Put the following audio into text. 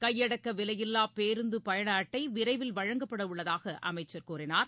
கையடக்கவிலையில்லாபேருந்துபயண அட்டைவிரைவில் வழங்கப்படவுள்ளதாகஅமைச்சர் கூறினார்